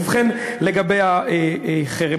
ובכן, לגבי החרם.